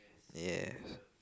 yes